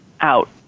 out